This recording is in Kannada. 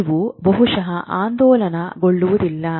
ಇವು ಬಹುಶಃ ಆಂದೋಲನಗೊಳ್ಳುವುದಿಲ್ಲ